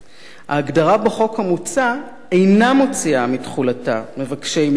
ההגדרה בחוק המוצע אינה מוציאה מתחולתה מבקשי מקלט,